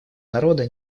народа